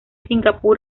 singapur